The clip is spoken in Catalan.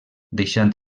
deixant